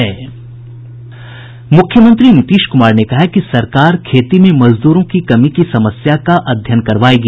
मुख्यमंत्री नीतीश क्मार ने कहा है कि सरकार खेती में मजदूरों की कमी की समस्या का अध्ययन करवायेगी